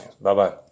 Bye-bye